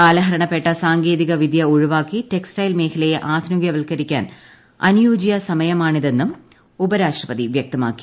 കാലഹരണപ്പെട്ട സാങ്കേതിക വിദൃ ഒഴിവാക്കി ടെക്സ്റ്റൈൽ മേഖലയെ ആധുനികവത്ക്കരിക്കാൻ അനുയോജ്യ സമയമാണിതെന്നും ഉപരാഷ്ട്രപതി വൃക്തമാക്കി